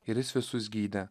ir jis visus gydė